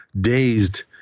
dazed